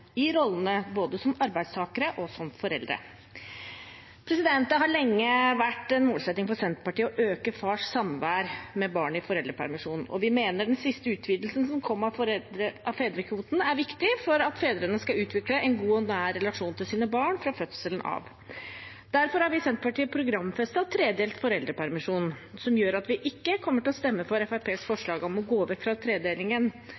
i rollene som både arbeidstakere og foreldre. Det har lenge vært en målsetting for Senterpartiet å øke fars samvær med barnet i foreldrepermisjon, og vi mener den siste utvidelsen som kom av fedrekvoten, er viktig for at fedre skal utvikle en god og nær relasjon til sine barn fra fødselen av. Derfor har vi i Senterpartiet programfestet tredelt foreldrepermisjon, noe som gjør at vi ikke kommer til å stemme for